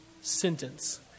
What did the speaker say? sentence